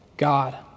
God